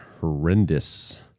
horrendous